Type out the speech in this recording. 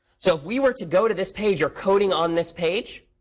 so if we were to go to this page or coding on this page,